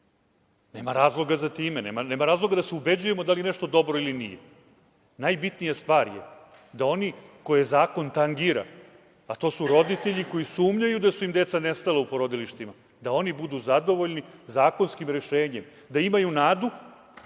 Nema razloga za time, nema razloga da se ubeđujemo da li je nešto dobro ili nije. Najbitnija stvar je da oni koje zakon tangira, a to su roditelji koji sumnjaju da su im deca nestala u porodilištima, da oni budu zadovoljni zakonskim rešenjem, da imaju nadu